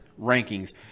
rankings